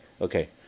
okay